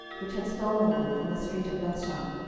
which had stolen them from the street of bethshan,